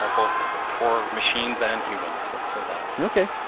ah both for machines and humans, let's say that. okay,